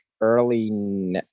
early